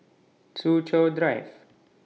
Soo Chow Drive